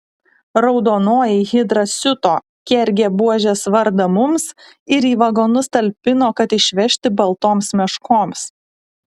raudonoji hidra siuto kergė buožės vardą mums ir į vagonus talpino kad išvežti baltoms meškoms